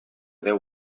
deu